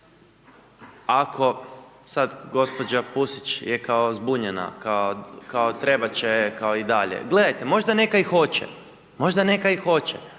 ako… Sad gospođa Pusić je kao zbunjena, kao trebat će joj i dalje. Gledate, možda neka i hoće, ali da li će